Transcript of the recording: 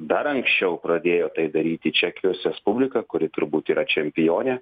dar anksčiau pradėjo tai daryti čekijos respublika kuri turbūt yra čempionė